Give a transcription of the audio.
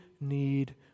need